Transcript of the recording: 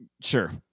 Sure